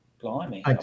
blimey